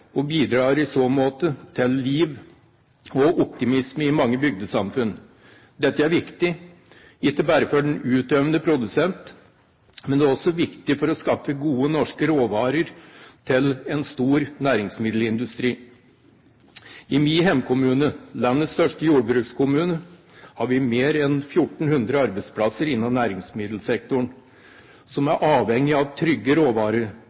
og bidrar i så måte til liv og optimisme i mange bygdesamfunn. Dette er viktig ikke bare for den utøvende produsent, men også for å skape gode norske råvarer til en stor næringsmiddelindustri. I min hjemkommune, landets største jordbrukskommune, har vi mer enn 1 400 arbeidsplasser innen næringsmiddelsektoren som er avhengig av trygge